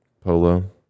Polo